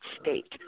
state